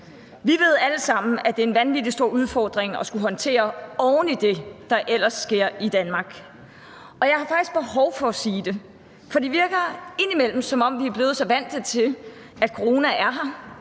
Vi ved alle sammen, at det er en vanvittig stor udfordring at skulle håndtere oven i det, der ellers sker i Danmark. Og jeg har faktisk behov for at sige det, for det virker indimellem, som om vi er blevet så vant til, at corona er her,